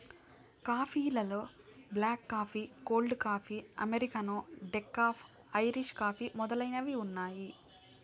coffee లలో black coffee, cold coffee, Americano, decaf, Irish coffee మొదలైనవి ఉన్నాయి